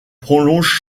prolonge